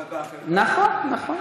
אבל, נכון.